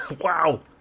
Wow